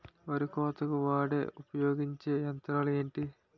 వరి కోతకు వాడే ఉపయోగించే యంత్రాలు ఏంటి?